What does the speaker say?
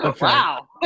Wow